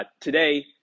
Today